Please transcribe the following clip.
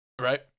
right